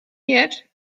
yet